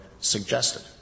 suggested